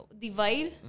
divide